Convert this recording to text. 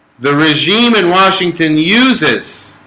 the regime in washington uses